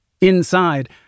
Inside